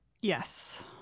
Yes